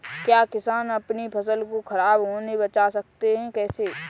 क्या किसान अपनी फसल को खराब होने बचा सकते हैं कैसे?